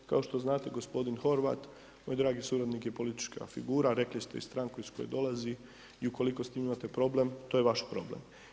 Kao što znate g. Horvat moj dragi suradnik je politička figura, rekli ste i stranku iz koje dolazi i ukoliko s tim imate problem to je Vaš problem.